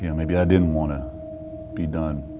yeah maybe i didn't want to be done.